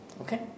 Okay